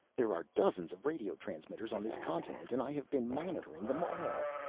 there are dozens of radio transmitters on this continent and i have been monitoring them all.